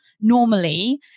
normally